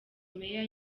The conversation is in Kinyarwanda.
meya